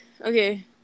Okay